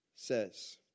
Says